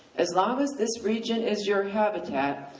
as long as this region is your habitat,